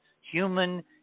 human